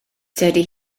dydy